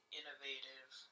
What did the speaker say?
innovative –